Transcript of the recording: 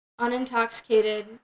unintoxicated